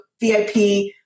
VIP